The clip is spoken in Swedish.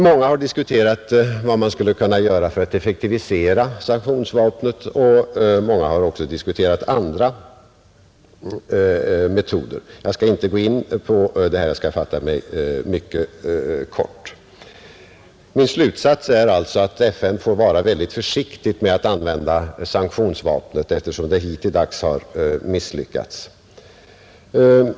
Många har diskuterat vad man skulle kunna göra för att effektivisera sanktionsvapnet och många har också diskuterat andra metoder. Jag skall inte gå in på detta. Jag skall fatta mig mycket kort. Min slutsats är alltså att FN får vara försiktigt med att använda sanktionsvapnet, eftersom det hittilldags misslyckats.